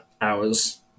hours